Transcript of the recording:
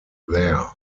there